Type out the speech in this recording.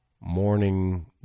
morning